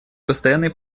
постоянной